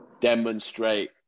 demonstrate